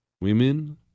women